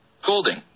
holding